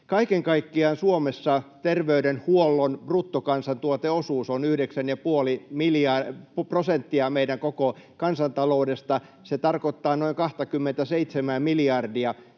Kaiken kaikkiaan Suomessa terveydenhuollon bruttokansantuoteosuus on yhdeksän ja puoli prosenttia meidän koko kansantaloudesta. Se tarkoittaa noin 27:ää miljardia.